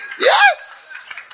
yes